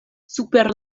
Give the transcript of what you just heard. super